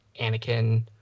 Anakin